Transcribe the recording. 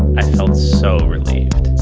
i felt so relieved.